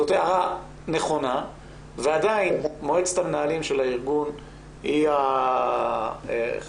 זאת הערה נכונה ועדיין מועצת המנהלים של הארגון היא החלק